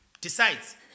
decides